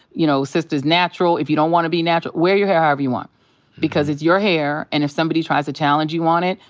you know, sisters natural. if you don't want to be natural, wear your hair however you want because it's your hair. and if somebody tries to challenge you on it,